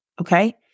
okay